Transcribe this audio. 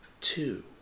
two